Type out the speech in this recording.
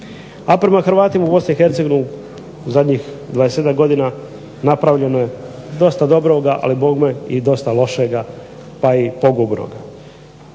A prema Hrvatima u BiH u zadnjih dvadesetak godina napravljeno je dosta dobroga ali bogme dosta lošega pa i pogubnoga.